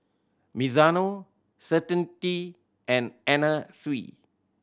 Mizuno Certainty and Anna Sui